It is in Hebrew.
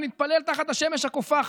ונתפלל תחת השמש הקופחת,